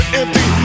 empty